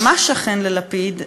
ממש שכן ללפיד,